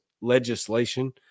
legislation